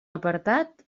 apartat